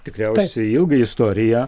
tikriausiai ilga istorija